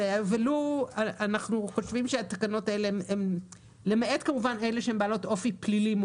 לא, למעט אלה שהן בעלות אופי פלילי,